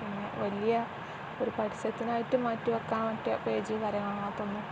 പിന്നെ വലിയ ഒരു പരസ്യത്തിനായിട്ട് മാറ്റി വയ്ക്കാൻ പറ്റിയ പേജ് കാര്യങ്ങൾ അതൊന്നും